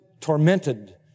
tormented